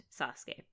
Sasuke